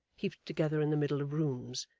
heaped together in the middle of rooms,